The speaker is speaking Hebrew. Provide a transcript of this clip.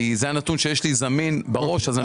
כי זה הנתון שיש לי זמין בראש --- אתם